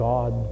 God